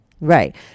Right